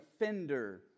offender